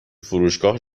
فروشگاه